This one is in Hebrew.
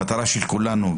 המטרה של כולנו,